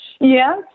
Yes